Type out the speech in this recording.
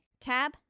Tab